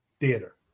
theater